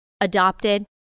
adopted